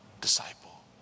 disciple